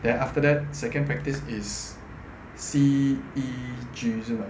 then after that second practice is C E G 就